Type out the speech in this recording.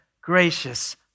gracious